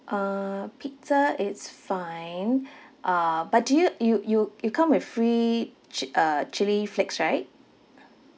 uh pizza it's fine uh but do you it'll it'll it'll come with free chi~ uh chili flakes right